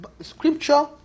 scripture